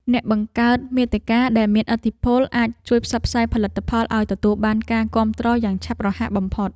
អ្នកបង្កើតមាតិកាដែលមានឥទ្ធិពលអាចជួយផ្សព្វផ្សាយផលិតផលឱ្យទទួលបានការគាំទ្រយ៉ាងឆាប់រហ័សបំផុត។